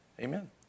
amen